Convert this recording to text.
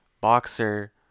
boxer